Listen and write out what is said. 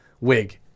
wig